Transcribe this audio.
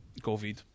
COVID